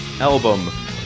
album